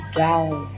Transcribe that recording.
down